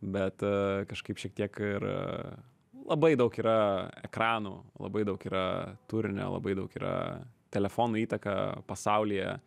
bet kažkaip šiek tiek ir labai daug yra ekranų labai daug yra turinio labai daug yra telefonų įtaka pasaulyje